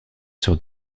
sur